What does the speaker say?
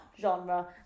...genre